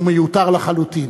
שהוא מיותר לחלוטין.